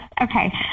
Okay